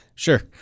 Sure